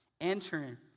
Entering